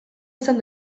izan